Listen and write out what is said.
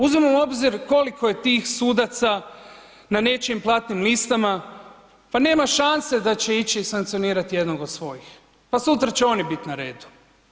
Uzmimo u obzir koliko je tih sudaca na nečijim platnim listama, pa nema šanse da će ići sankcionirati jednog od svojih, pa sutra će oni biti na redu.